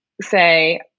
say